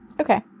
Okay